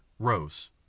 rose